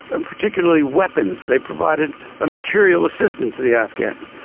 and particularly weapons, they provided a materiel assistance to the afghans,